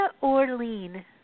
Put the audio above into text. Orlean